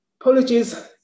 Apologies